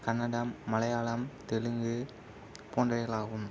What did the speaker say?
கன்னடம் மலையாளம் தெலுங்கு போன்றவைகளாகும்